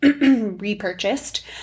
repurchased